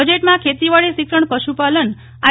બજેટમાં ખેતીવાડી શિક્ષણ પશુપાલન આઇ